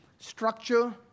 Structure